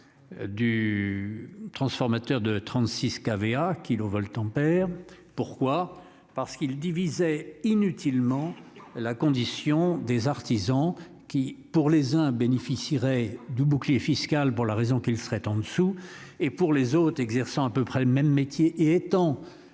Du transformateur de 36 VA kilovoltampères pourquoi, parce qu'il divisait inutilement. La condition des artisans qui pour les uns, bénéficierait du bouclier fiscal pour la raison qu'ils seraient en dessous et pour les autres, exerçant à peu près même métier étant